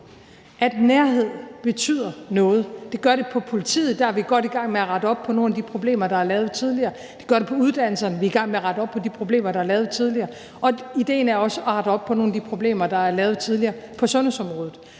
at nærhed betyder noget. Det gør det på politiområdet. Der er vi godt i gang med at rette op på nogle af de problemer, der er lavet tidligere. Det gør det på uddannelsesområdet. Vi er i gang med at rette op på de problemer, der er lavet tidligere. Idéen er også at rette op på nogle af de problemer, der er lavet tidligere på sundhedsområdet.